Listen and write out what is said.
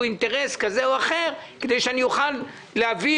אינטרס כזה או אחר כדי שאני אוכל להביא.